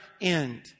end